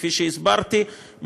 כפי שהסברתי,